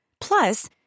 Plus